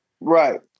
Right